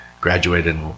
graduated